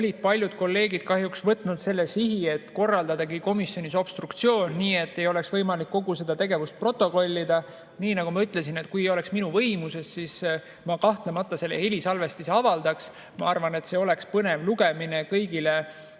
paljud kolleegid olid kahjuks võtnud sihi korraldada komisjonis obstruktsioon, nii et ei oleks võimalik kogu seda tegevust protokollida. Nii nagu ma ütlesin, kui oleks minu võimuses, siis ma kahtlemata selle helisalvestise avaldaks. Ma arvan, et seda oleks põnev [kuulata] kõigil